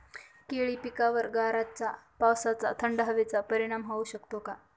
केळी पिकावर गाराच्या पावसाचा, थंड हवेचा परिणाम होऊ शकतो का?